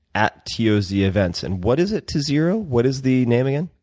at tozevents. and what is it to zero? what is the name again?